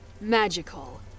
magical